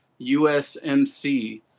USMC